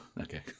okay